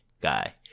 guy